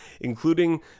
including